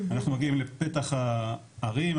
אנחנו מגיעים לפתח הערים,